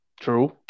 True